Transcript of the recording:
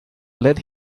let